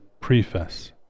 preface